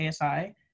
ASI